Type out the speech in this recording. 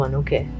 okay